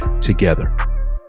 together